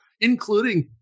including